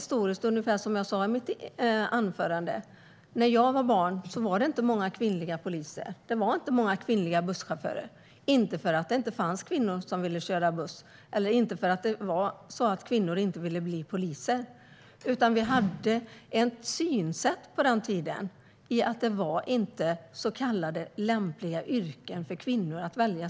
Som jag sa i mitt anförande fanns det inte många kvinnliga poliser och kvinnliga busschaufförer när jag var barn. Det var inte för att det inte fanns kvinnor som ville köra buss eller bli poliser utan för att det enligt den tidens synsätt inte var lämpliga yrken för kvinnor.